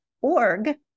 org